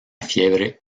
fiebre